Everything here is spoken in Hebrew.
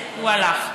לא, הוא הלך.